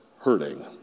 hurting